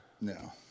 No